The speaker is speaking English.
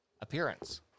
appearance